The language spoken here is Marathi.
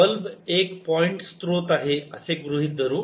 बल्ब एक पॉईंट स्त्रोत आहे असे गृहीत धरू